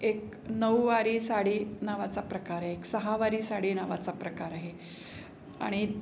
एक नऊवारी साडी नावाचा प्रकारए एक सहावारी साडी नावाचा प्रकार आहे आणि